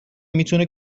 میتونه